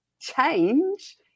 change